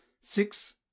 Six